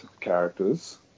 characters